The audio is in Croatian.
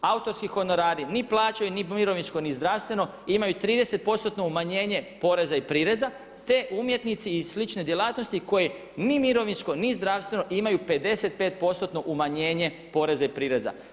Autorski honorari ni plaćaju, ni mirovinsko ni zdravstvo, imaju 30% umanjenje poreza i prireza, te umjetnici i slične djelatnosti koje ni mirovinsko, ni zdravstveno i imaju 55% umanjenje poreza i prireza.